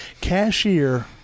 cashier